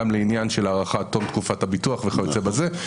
גם לעניין של הארכת תום תקופת הביטוח וכיוצא בזה.